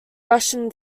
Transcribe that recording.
russian